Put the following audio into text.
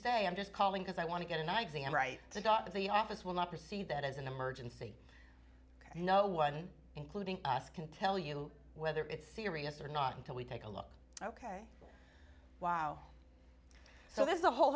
say i'm just calling because i want to get an exit i'm right stop the office will not perceive that as an emergency no one including us can tell you whether it's serious or not until we take a look ok wow so there's a whole